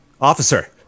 Officer